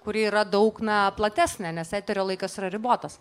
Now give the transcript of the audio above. kuri yra daug na platesnė nes eterio laikas yra ribotas